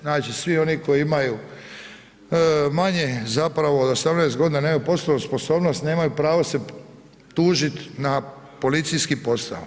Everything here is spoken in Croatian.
Znači svi oni koji imaju manje zapravo od 18 godina nemaju poslovnu sposobnost, nemaju pravo se tužiti na policijski posao.